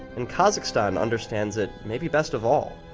and kazakhstan understands it maybe best of all.